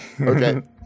Okay